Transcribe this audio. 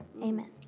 Amen